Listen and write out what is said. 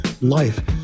life